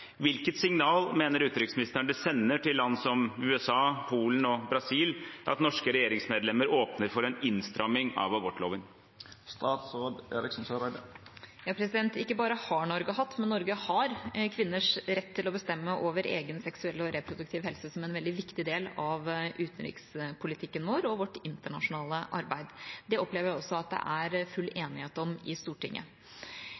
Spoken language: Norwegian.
Hvilket signal mener utenriksministeren det sender til land som USA, Polen og Brasil at norske regjeringsmedlemmer åpner for innstramming av abortloven?» Ikke bare har Norge hatt, men Norge har kvinners rett til å bestemme over egen seksuell og reproduktiv helse som en veldig viktig del av utenrikspolitikken vår og vårt internasjonale arbeid. Det opplever jeg også at det er full